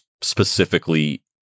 specifically